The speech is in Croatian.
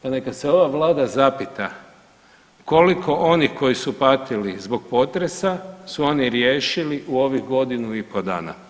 Pa neka se ova vlada zapita koliko oni koji su patili zbog potresa su oni riješili u ovih godinu i po dana?